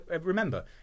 Remember